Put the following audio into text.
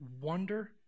wonder